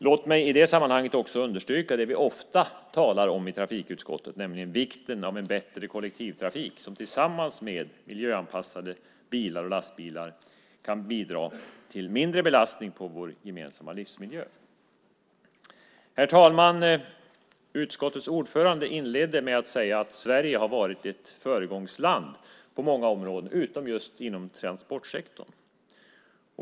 Låt mig i det sammanhanget också understryka det vi ofta talar om i trafikutskottet, nämligen vikten av en bättre kollektivtrafik som tillsammans med miljöanpassade bilar och lastbilar kan bidra till mindre belastning på vår gemensamma livsmiljö. Herr talman! Utskottets ordförande inledde med att säga att Sverige har varit ett föregångsland på många områden, utom just inom transportsektorn.